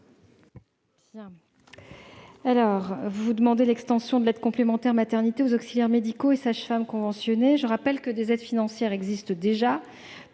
sénateurs, vous demandez l'extension de l'aide complémentaire maternité aux auxiliaires médicaux et aux sages-femmes conventionnées. Je rappelle toutefois que des aides financières existent déjà